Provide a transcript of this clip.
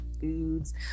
foods